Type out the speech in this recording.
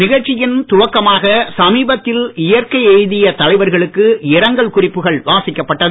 நிகழ்ச்சியின் துவக்கமாக சமீபத்தில் இயற்கை எய்திய தலைவர்களுக்கு இரங்கல் குறிப்புகள் வாசிக்கப்பட்டது